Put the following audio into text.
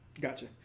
Gotcha